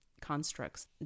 constructs